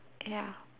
ya